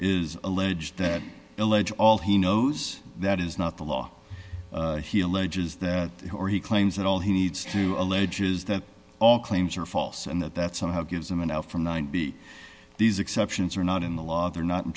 is allege that allege all he knows that is not the law he alleges that he or he claims that all he needs to allege is that all claims are false and that that somehow gives him an out from the and b these exceptions are not in the law they're not in